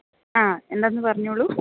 ആ എന്താണെന്ന് പറഞ്ഞോളു